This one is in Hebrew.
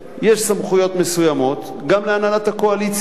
יש סמכויות מסוימות גם להנהלת הקואליציה.